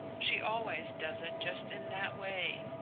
she always does it just in that way.